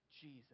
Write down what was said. Jesus